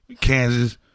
Kansas